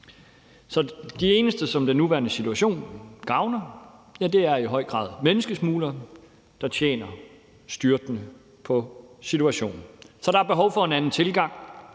Så de eneste, som den nuværende situation gavner, er i høj grad menneskesmuglerne, der tjener styrtende på situationen. Så der er behov for en anden tilgang.